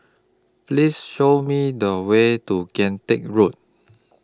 Please Show Me The Way to Kian Teck Road